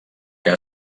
que